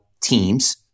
teams